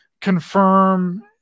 confirm